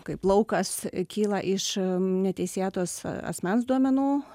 kaip laukas kyla iš neteisėtos asmens duomenų